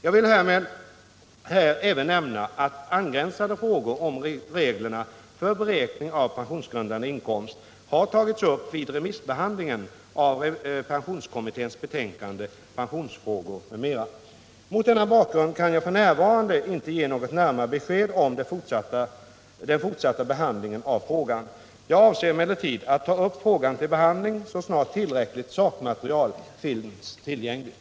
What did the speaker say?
Jag vill här även nämna att angränsande frågor om reglerna för beräkning av pensionsgrundande inkomst har tagits upp vid remissbehandlingen av pensionskommitténs betänkande Pensionsfrågor m.m. Mot denna bakgrund kan jag f.n. inte ge något närmare besked om den fortsatta behandlingen ay frågan. Jag avser emellertid att ta upp frågan till behandling så snart tillräckligt sakmaterial finns tillgängligt.